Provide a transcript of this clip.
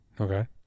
Okay